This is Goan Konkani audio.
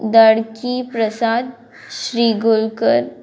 धाडकी प्रसाद श्रीगोलकर